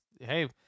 Hey